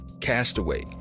Castaway